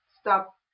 stop